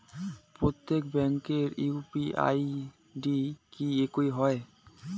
প্রত্যেক ব্যাংকের UPI ID কি একই হয়?